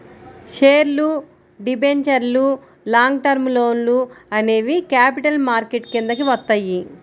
షేర్లు, డిబెంచర్లు, long term లోన్లు అనేవి క్యాపిటల్ మార్కెట్ కిందికి వత్తయ్యి